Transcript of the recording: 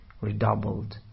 redoubled